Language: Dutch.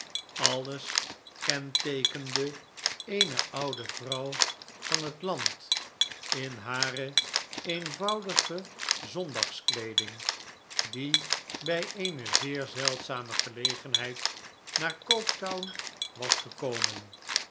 alles kenteekende eene oude vrouw van het land in hare eenvoudige zondagskleeding die bij eene zeer zeldzame gelegenheid naar c o